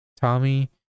Tommy